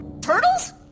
Turtles